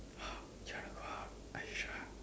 how you want to go out are you sure